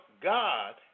God